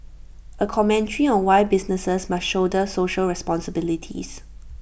A commentary on why businesses must shoulder social responsibilities